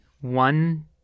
one